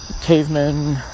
cavemen